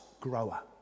Grower